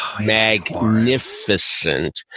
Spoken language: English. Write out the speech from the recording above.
Magnificent